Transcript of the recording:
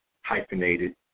hyphenated